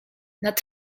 nad